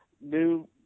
new